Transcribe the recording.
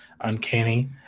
uncanny